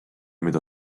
mida